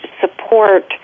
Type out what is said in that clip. support